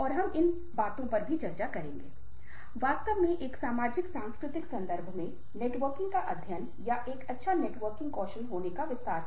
और इसलिए हम कह सकते हैं कि व्यक्ति में भावनात्मक परिपक्वता या भावनात्मक बुद्धि का अभाव है